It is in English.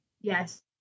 Yes